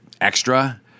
extra